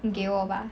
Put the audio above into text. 你给我吧